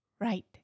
right